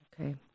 okay